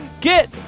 get